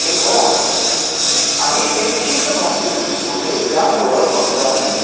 हे खरं आहे आणि ते विशिष्ट भाषेत लिहित होते त्यामुळं बंगाली